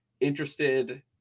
interested